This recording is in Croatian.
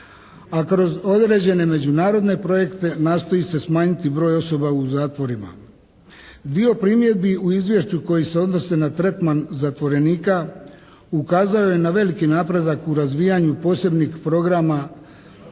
a kroz određene međunarodne projekte nastoji se smanjiti broj osoba u zatvorima. Dio primjedbi u izvješću koje se odnose na tretman zatvorenika ukazao je na veliki napredak u razvijanju posebnih programa